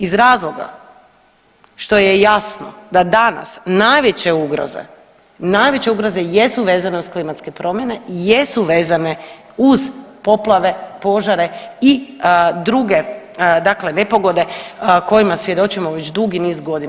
Iz razloga što je jasno da nas najveće ugroze, najveće ugroze jesu vezane uz klimatske promjene i jesu vezane uz poplave, požare i druge dakle nepogode kojima svjedočimo već dugi niz godina.